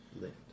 lift